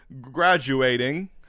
graduating